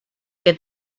que